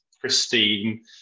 pristine